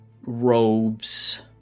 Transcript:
robes